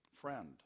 friend